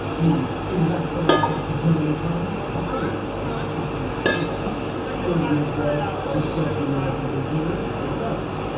i mean, in less syllabic, journaled terms buy in, which is something that, you know, i would say thirty years ago would strike the year as a little weird. now it doesn't.